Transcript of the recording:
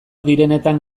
direnetan